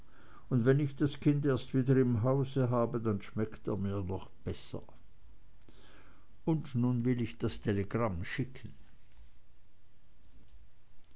und wenn ich das kind erst wieder im hause habe dann schmeckt er mir noch besser und nun will ich das telegramm schicken